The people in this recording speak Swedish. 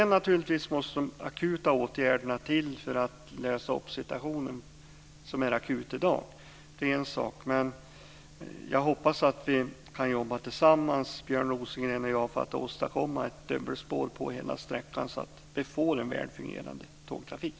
Naturligtvis måste det till akuta åtgärder för att klara den i dag aktuella situationen, men jag hoppas att Björn Rosengren och jag kan arbeta tillsammans för att åstadkomma ett dubbelspår på hela sträckan, så att vi får en väl fungerande tågtrafik.